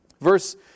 Verse